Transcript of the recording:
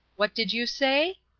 what did you say?